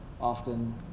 often